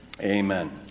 Amen